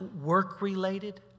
work-related